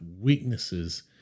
weaknesses